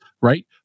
right